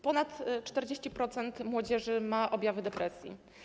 Ponad 40% młodzieży ma objawy depresji.